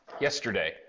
Yesterday